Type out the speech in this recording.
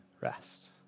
Rest